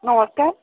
ନମସ୍କାର